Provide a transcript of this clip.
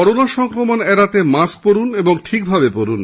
corona সংক্রমণ এড়াতে mask পরুন ও ঠিক ভাবে পরুন